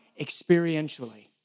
experientially